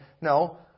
No